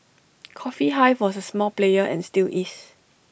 coffee hive was A small player and still is